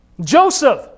Joseph